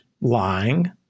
lying